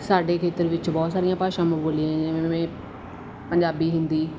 ਸਾਡੇ ਖੇਤਰ ਵਿੱਚ ਬਹੁਤ ਸਾਰੀਆਂ ਭਾਸ਼ਾਵਾਂ ਬੋਲੀਆਂ ਜਿਵੇਂ ਪੰਜਾਬੀ ਹਿੰਦੀ